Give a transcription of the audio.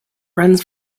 runs